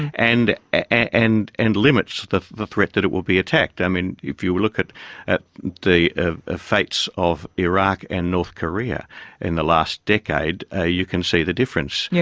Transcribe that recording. and and and limits the the threat that it will be attacked. i mean, if you look at at the ah ah fates of iraq and north korea in the last decade, ah you can see the difference. yeah